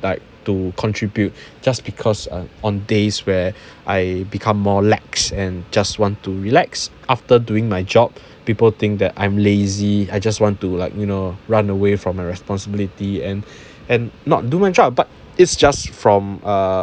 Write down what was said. done like to contribute just because err on days where I become more lax and just want to relax after doing my job people think that I'm lazy I just wanted to like you know run away from a responsibility and and not do my job but it's just from uh